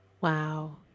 Wow